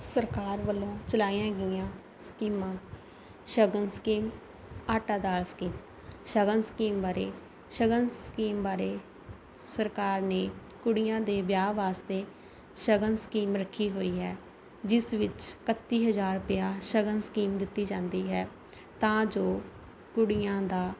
ਸਰਕਾਰ ਵੱਲੋਂ ਚਲਾਈਆਂ ਗਈਆਂ ਸਕੀਮਾਂ ਸ਼ਗਨ ਸਕੀਮ ਆਟਾ ਦਾਲ ਸਕੀਮ ਸ਼ਗਨ ਸਕੀਮ ਬਾਰੇ ਸ਼ਗਨ ਸਕੀਮ ਬਾਰੇ ਸਰਕਾਰ ਨੇ ਕੁੜੀਆਂ ਦੇ ਵਿਆਹ ਵਾਸਤੇ ਸ਼ਗਨ ਸਕੀਮ ਰੱਖੀ ਹੋਈ ਹੈ ਜਿਸ ਵਿੱਚ ਇਕੱਤੀ ਹਜ਼ਾਰ ਰੁਪਇਆ ਸ਼ਗਨ ਸਕੀਮ ਦਿੱਤੀ ਜਾਂਦੀ ਹੈ ਤਾਂ ਜੋ ਕੁੜੀਆਂ ਦਾ